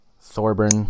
Thorburn